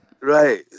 Right